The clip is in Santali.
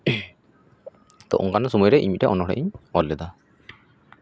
ᱛᱳ ᱚᱱᱠᱟᱱᱟᱜ ᱥᱳᱢᱳᱭ ᱨᱮ ᱤᱧ ᱢᱤᱫᱴᱟᱱ ᱚᱱᱚᱲᱦᱮᱸᱧ ᱚᱞ ᱞᱮᱫᱟ